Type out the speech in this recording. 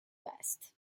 best